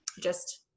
just-